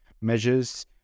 measures